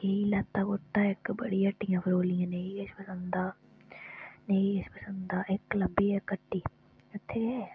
गेई लैता कुर्ता इक बड़ी हट्टियां फरोलियां नेईं पंसद आ नेईं गै पंसद आ इक लब्भी इक हट्टी उत्थें